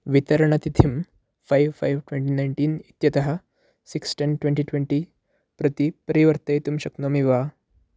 वितरणतिथिं five five twenty nineteen इत्यतः six ten twenty twenty प्रति परिवर्तयितुं शक्नोमि वा